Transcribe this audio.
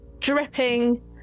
dripping